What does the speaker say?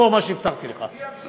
תזכור מה שהבטחתי לך.